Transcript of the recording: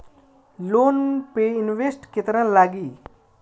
Loan पे interest केतना लागी?